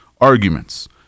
arguments